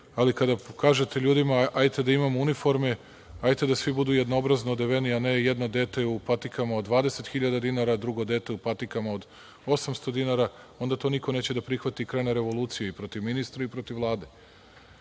ali kada kažete ljudima – hajde da imamo uniforme, hajde da svi budu jednobrazno odeveni, a ne jedno dete u patikama od 20.000,00 dinara, drugo dete u patikama od 800,00 dinara, onda to niko neće da prihvati i krene revolucija i protiv ministra i protiv Vlade.